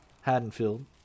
Haddonfield